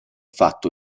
fatto